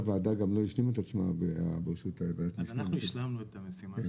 הוועדה גם לא השלימה את ה --- אז אנחנו השלמנו את המשימה.